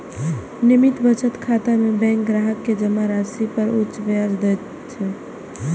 नियमित बचत खाता मे बैंक ग्राहक कें जमा राशि पर उच्च ब्याज दै छै